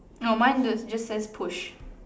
no mine this just says push